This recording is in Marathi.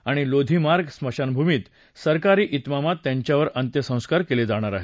आणि लोधी मार्ग स्मशानभूमीत सरकारी त्विमामात त्यांच्यावर अंत्यसंस्कार केले जाणार आहेत